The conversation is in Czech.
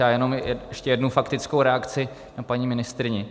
Já jenom ještě jednu faktickou reakci na paní ministryni.